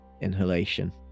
inhalation